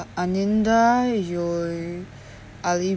anida-yoeu-ali